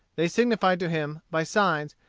they signified to him, by signs,